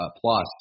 plus